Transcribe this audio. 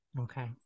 Okay